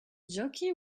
jockey